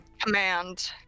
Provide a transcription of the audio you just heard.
Command